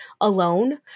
alone